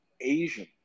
Asian